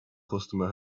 customer